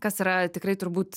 kas yra tikrai turbūt